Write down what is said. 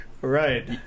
Right